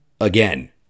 again